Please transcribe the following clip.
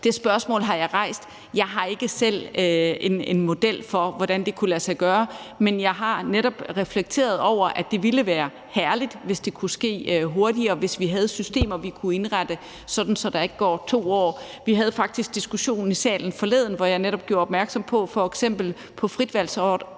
Det spørgsmål har jeg rejst. Jeg har ikke selv en model for, hvordan det kan lade sig gøre, men jeg har netop reflekteret over, at det ville være herligt, hvis det kunne ske hurtigere, hvis vi havde systemer, vi kunne indrette sådan, at der ikke skulle gå 2 år. Vi havde faktisk diskussionen i salen forleden, hvor jeg netop gjorde opmærksom på, at det f.eks. på fritvalgsordningen